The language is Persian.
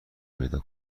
پیدا